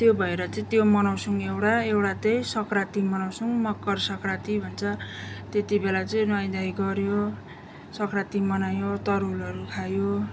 त्यो भएर चाहिँ त्यो मनाउँछौँ एउटा एउटा चाहिँ सङ्क्रान्ति मनाउँछौँ मक्कर सङ्क्रान्ति भन्छ त्यति बेला चाहिँ नुवाई धुवाई गर्यो सङ्क्रान्ति मनायो तरुलहरू खायो